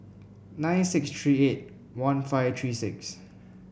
nine six three eight one five three six